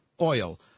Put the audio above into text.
oil